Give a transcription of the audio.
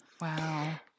Wow